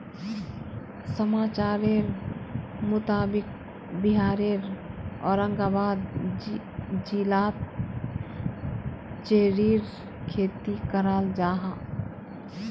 समाचारेर मुताबिक़ बिहारेर औरंगाबाद जिलात चेर्रीर खेती कराल जाहा